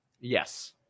Yes